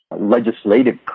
legislative